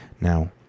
Now